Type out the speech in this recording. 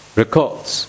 records